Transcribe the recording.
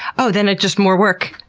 oh, then it's just more work,